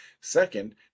Second